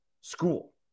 school